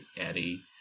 Eddie